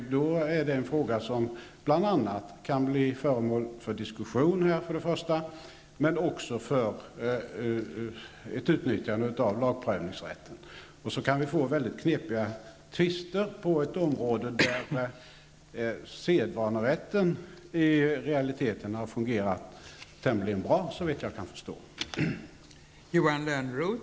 Då är det en fråga som bl.a. kan bli först och främst föremål för diskussion men också för ett utnyttjande av lagprövningsrätten. Då kan det bli knepiga tvister på ett område där sedvanerätten i realiteten har fungerat, såvitt jag förstår, tämligen bra.